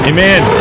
Amen